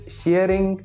sharing